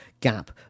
gap